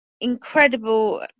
incredible